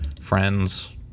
Friends